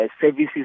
services